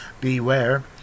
beware